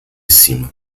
cima